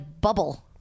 bubble